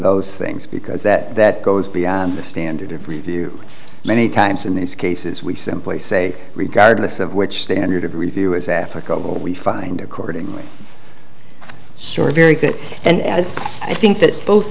those things because that that goes beyond the standard of review many times in these cases we simply say regardless of which standard of review is africa we find accordingly sir very good and i think that both